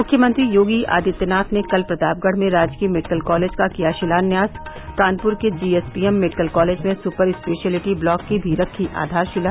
मुख्यमंत्री योगी आदित्यनाथ ने कल प्रतापगढ़ में राजकीय मेडिकल कॉलेज का किया शिलान्यास कानप्र के जीएसवीएम मेडिकल कॉलेज में सुपर स्पेशयलिटी ब्लाक की भी रखी आधारशिला